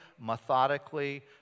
methodically